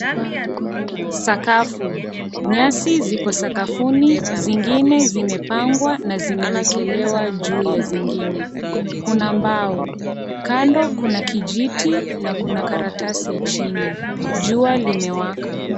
Sakafu. Nyasi ziko sakafuni zingine zimepangwa na zimewekelewa juu ya zingine. Kuna mbao. Kando kuna kijiti na kuna kalatasi chini. Jua limewaka.